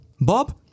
Bob